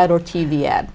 ad or t v ad